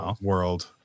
World